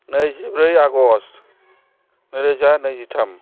नैजिब्रै आगष्ट नैरोजा नैजिथाम